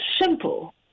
simple